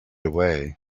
away